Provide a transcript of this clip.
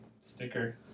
sticker